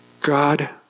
God